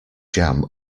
jam